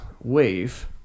wave